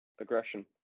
aggression